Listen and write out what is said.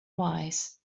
wise